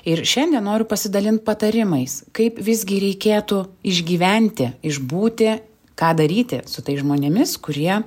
ir šiandien noriu pasidalint patarimais kaip visgi reikėtų išgyventi išbūti ką daryti su tais žmonėmis kurie